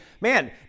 man